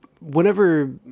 Whenever